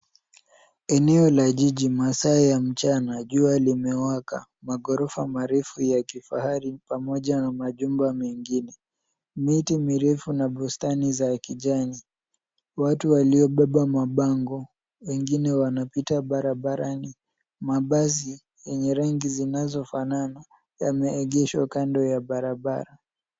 Eneo ya jiji masaa ya mchana, jua limewaka. Maghorofa marefu ya kifahari pamoja na majumba mengine. Miti mirefu na bustani za kijani. Watu waliobeba mabango, wengine wanapita barabarani. Mabasi yenye rangi zinazofanana yameegeshwa kando ya barabara.